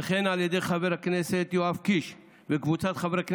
וכן על ידי חבר הכנסת יואב קיש וקבוצת חברי הכנסת.